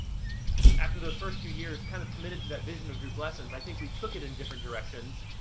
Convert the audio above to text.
after those first few years, kind of committed to that vision of group lessons. i think we took it in different directions.